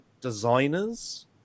designers